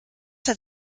hat